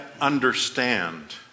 understand